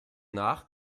nach